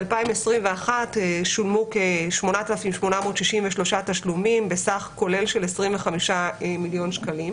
ב-2021 שולמו כ-8,863 תשלומים בסך כולל של 25 מיליון שקלים,